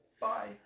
Bye